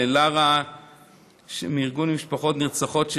לרה מארגון משפחות נרצחים ונרצחות,